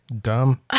dumb